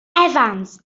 evans